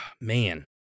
Man